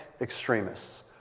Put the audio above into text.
extremists